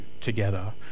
together